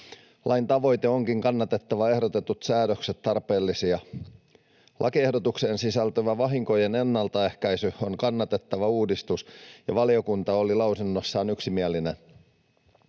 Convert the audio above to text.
Lain tavoite onkin kannatettava ja ehdotetut säännökset tarpeellisia. Lakiehdotukseen sisältyvä vahinkojen ennaltaehkäisy on kannatettava uudistus, ja valiokunta oli mietinnössään yksimielinen.